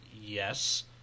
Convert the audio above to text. yes